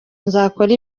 nzakora